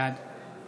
בעד